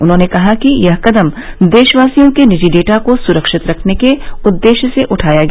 उन्होंने कहा कि यह कदम देशवासियों के निजी डेटा को सुरक्षित रखने के उद्देश्य से उठाया गया